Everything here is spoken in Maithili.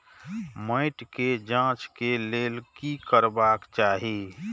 मैट के जांच के लेल कि करबाक चाही?